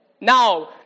Now